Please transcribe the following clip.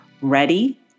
Ready